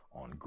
on